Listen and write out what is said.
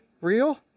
real